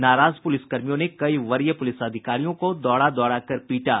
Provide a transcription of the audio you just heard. नाराज पूलिसकर्मियों ने कई वरीय पूलिस अधिकारियों को दौड़ा दौड़ाकर पीटा